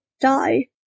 die